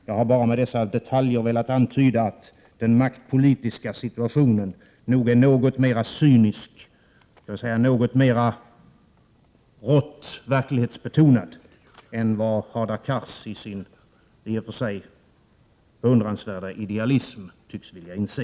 Jag har bara med dessa detaljer velat antyda att den maktpolitiska situationen nog är något mera cynisk, dvs. något mera rått verklighetsbetonad, än vad Hadar Cars i sin i och för sig beundransvärda idealism tycks vilja inse.